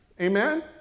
Amen